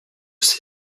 ces